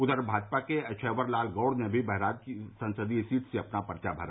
उधर भाजपा के अक्षयवर लाल गौड़ ने भी बहराइच संसदीय सीट से अपना पर्चा भरा